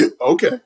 okay